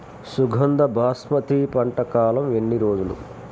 సుగంధ బాస్మతి పంట కాలం ఎన్ని రోజులు?